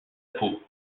peau